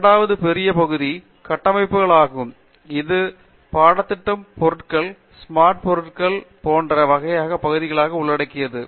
இரண்டாவது பெரிய பகுதி கட்டமைப்புகள் ஆகும் இதில் பாடத்திட்டம் பொருட்கள் ஸ்மார்ட் பொருட்கள் போன்ற வகையான பகுதிகளை உள்ளடக்கியது